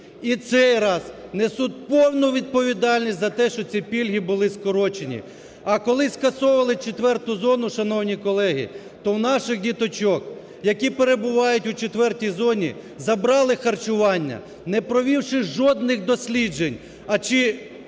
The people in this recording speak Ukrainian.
і цей раз, несуть повну відповідальність за те, що ці пільги були скорочені. А коли скасовували четверту зону, шановні колеги, то у наших діточок, які перебувають у четвертій зоні, забрали харчування не провівши жодних досліджень, а чи